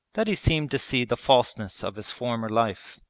that he seemed to see the falseness of his former life.